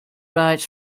rights